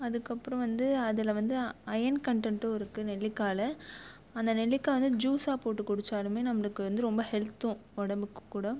அதுக்கப்புறம் வந்து அதில் வந்து அயன் கன்டென்ட்டும் இருக்கு நெல்லிக்காயில் அந்த நெல்லிக்காயை வந்து ஜூஸாக போட்டு குடிச்சாலும் நம்மளுக்கு வந்து ரொம்ப ஹெல்த்தும் உடம்புக்கு கூட